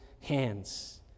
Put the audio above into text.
hands